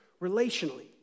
relationally